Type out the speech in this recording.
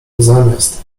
zamiast